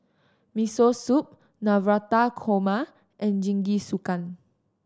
Miso Soup Navratan Korma and Jingisukan